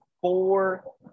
four